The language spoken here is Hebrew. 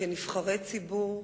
כנבחרי ציבור,